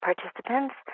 participants